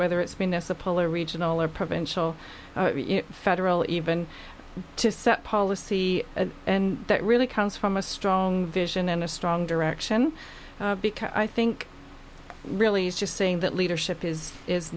whether it's been this the polar regional or provincial federal even to set policy and that really comes from a strong vision and a strong direction because i think really is just saying that leadership is